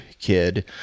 kid